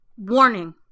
Warning